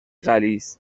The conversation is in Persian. غلیظ